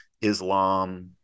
Islam